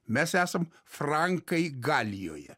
mes esam frankai galijoj